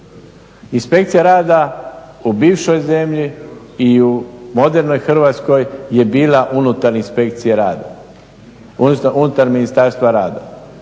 Inspekcija rada u bivšoj zemlji i u modernoj Hrvatskoj je bila unutar Inspekcije rada,